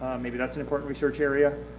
maybe that's an important research area,